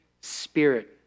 spirit